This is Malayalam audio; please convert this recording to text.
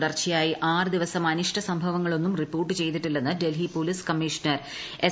തുടർച്ചയായി ആറ് ദിവസം അനിഷ്ട സംഭവങ്ങളൊന്നും റിപ്പോർട്ട് ചെയ്തിട്ടില്ലെന്ന് ഡൽഹി പൊലീസ് കമ്മീഷണർ എസ്